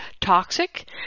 toxic